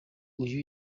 uyu